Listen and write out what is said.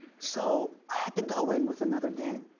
so, i had to go in with another game.